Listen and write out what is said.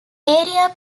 area